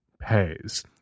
pays